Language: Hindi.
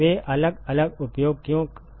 वे अलग अलग उपयोग क्यों कर रहे हैं